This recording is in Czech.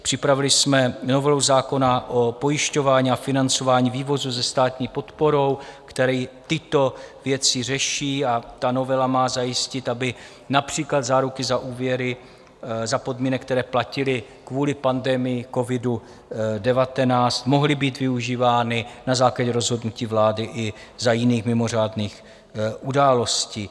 Připravili jsme novelu zákona o pojišťování a financování vývozu se státní podporou, který tyto věci řeší, a ta novela má zajistit, aby například záruky za úvěry za podmínek, které platily kvůli pandemii covidu19, mohly být využívány na základě rozhodnutí vlády i za jiných mimořádných událostí.